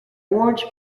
orange